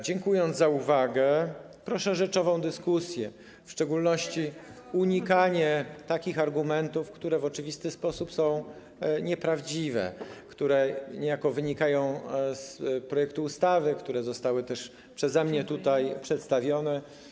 Dziękując za uwagę, proszę o rzeczową dyskusję, w szczególności o unikanie takich argumentów, które w oczywisty sposób są nieprawdziwe, które niejako wynikają z projektu ustawy, które zostały też przeze mnie tutaj przedstawione.